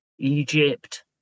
Egypt